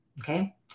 Okay